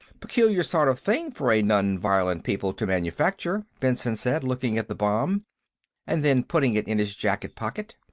peculiar sort of thing for a non-violent people to manufacture, benson said, looking at the bomb and then putting it in his jacket pocket.